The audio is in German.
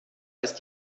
ist